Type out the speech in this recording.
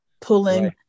pulling